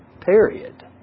Period